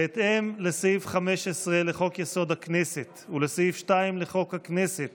בהתאם לסעיף 15 לחוק-יסוד: הכנסת ולסעיף 2 לחוק הכנסת